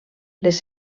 les